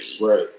Right